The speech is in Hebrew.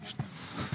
בבקשה.